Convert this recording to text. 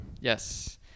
yes